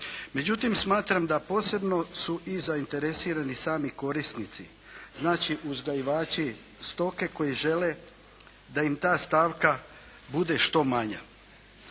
Međutim, smatram da posebno su i zainteresirani sami korisnici, znači uzgajivači stoke koji žele da im ta stavka bude što manja.